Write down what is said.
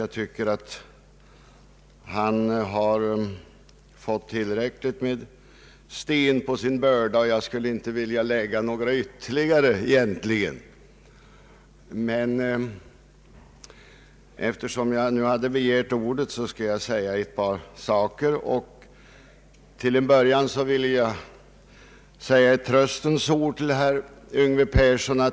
Jag tycker nämligen att han redan har fått tillräckligt med sten på sin börda och skulle egentligen inte vilja öka den. Men eftersom jag begärt ordet vill jag ta upp ett par saker. Till en början vill jag säga ett tröstens ord till herr Yngve Persson.